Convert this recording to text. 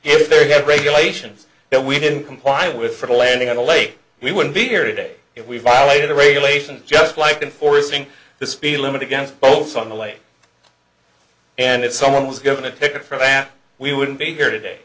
if there got regulations that we didn't comply with for the landing on the lake we wouldn't be here today if we violated the regulation just like in forcing the speed limit against both on the way and if someone was given a ticket for that we wouldn't be here today